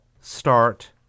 start